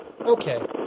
Okay